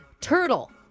Turtle